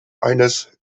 eines